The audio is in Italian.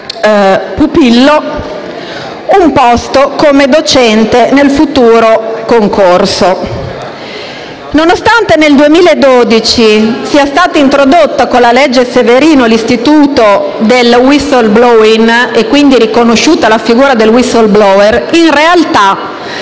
pupillo un posto come docente nel futuro concorso. Nonostante nel 2012 sia stato introdotto, con la legge Severino, l'istituto del *whistleblowing* e quindi sia stata riconosciuta la figura del *whistleblower*, in realtà,